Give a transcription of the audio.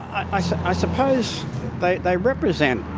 i suppose but they represent,